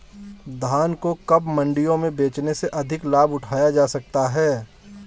धान को कब मंडियों में बेचने से अधिक लाभ उठाया जा सकता है?